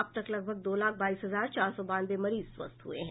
अब तक लगभग दो लाख बाईस हजार चार सौ बानवे मरीज स्वस्थ हुए हैं